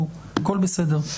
הכול בסדר,